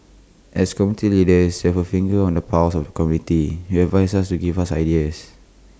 as community leaders you have A finger on the pulse of the community you advise us to give us ideas